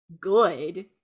good